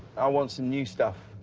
i want some new stuff.